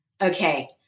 okay